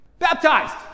baptized